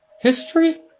history